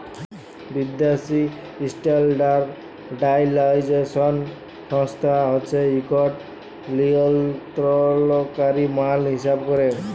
বিদ্যাসি ইস্ট্যাল্ডার্ডাইজেশল সংস্থা হছে ইকট লিয়লত্রলকারি মাল হিঁসাব ক্যরে